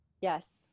yes